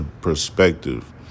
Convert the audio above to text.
perspective